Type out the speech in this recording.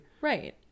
Right